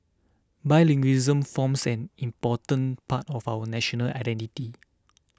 bilingualism forms an important part of our national identity